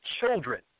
children